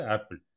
Apple